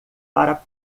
para